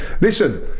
listen